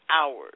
hours